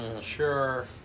Sure